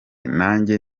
nanjye